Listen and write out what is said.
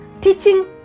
teaching